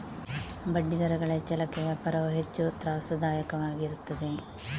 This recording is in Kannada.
ಬಡ್ಡಿದರಗಳ ಹೆಚ್ಚಳಕ್ಕೆ ವ್ಯಾಪಾರವು ಹೆಚ್ಚು ತ್ರಾಸದಾಯಕವಾಗಿರುತ್ತದೆ